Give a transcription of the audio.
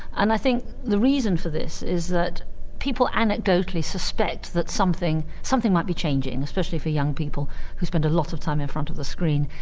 and i think the reason for this is that people anecdotally suspect that something something might be changing, especially for young people who spend a lot of time in front of the screen,